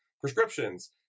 prescriptions